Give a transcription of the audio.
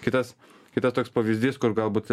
kitas kitas toks pavyzdys kur galbūt